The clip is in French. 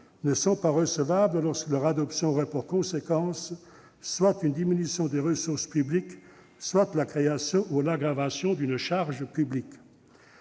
ne sont pas recevables lorsque leur adoption aurait pour conséquence soit une diminution des ressources publiques, soit la création ou l'aggravation d'une charge publique.